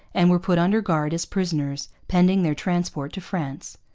and were put under guard as prisoners, pending their transport to france.